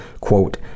quote